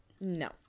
No